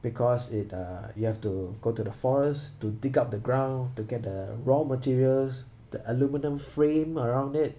because it uh you have to go to the forest to dig up the ground to get the raw materials the aluminium frame around it